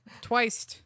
Twice